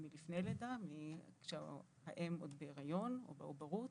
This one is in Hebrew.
או מלפני הלידה כשהאם עוד בהריון, בעוברות